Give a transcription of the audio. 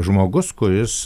žmogus kuris